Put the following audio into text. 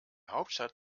hauptstadt